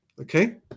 okay